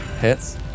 Hits